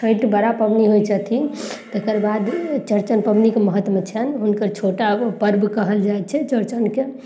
छैठ बड़ा पबनी होइ छथिन तकर बाद चौरचन पबनीके महत्व छनि हुनकर छोटा पर्व कहल जाइ छै चौरचनके